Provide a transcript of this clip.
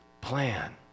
plan